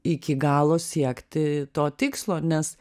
iki galo siekti to tikslo nes